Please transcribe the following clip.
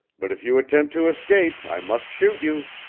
but if you attempt to escape i must shoot you.